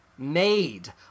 Made